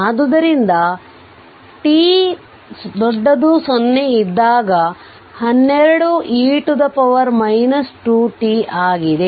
ಆದ್ದರಿಂದ t 0 ಇದ್ದಾಗ 12e 2t ಆಗಿದೆ